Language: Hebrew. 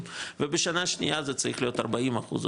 ובשנה שנייה זה צריך להיות 40 אחוז,